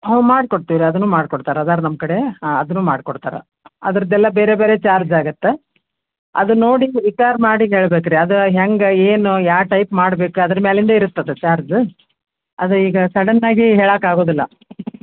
ಹಾಂ ಮಾಡಿ ಕೊಡ್ತೀರ ಅದನ್ನೂ ಮಾಡಿ ಕೊಡ್ತಾರೆ ಅದಾದ್ರೆ ನಮ್ಮ ಕಡೆ ಹಾಂ ಅದನ್ನೂ ಮಾಡ್ಕೊಡ್ತಾರೆ ಅದರದ್ದೆಲ್ಲ ಬೇರೆ ಬೇರೆ ಚಾರ್ಜ್ ಆಗುತ್ತೆ ಅದನ್ನ ನೋಡಿ ವಿಚಾರ ಮಾಡಿ ಹೇಳಬೇಕ್ರಿ ಅದು ಹ್ಯಾಂಗ ಏನು ಯಾವ ಟೈಪ್ ಮಾಡ್ಬೇಕು ಅದರ ಮೇಲಿಂದು ಇರುತ್ತೆ ಅುದ ಚಾರ್ಜ್ ಅದೇ ಈಗ ಸಡನ್ನಾಗಿ ಹೇಳೋಕ್ಕಾಗೋದಿಲ್ಲ